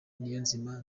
niyonzima